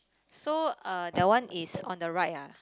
so uh that one is on the right ah